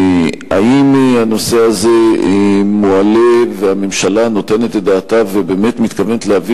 האם הנושא הזה מועלה והממשלה נותנת את דעתה ובאמת מתכוונת להביא